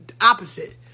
opposite